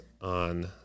on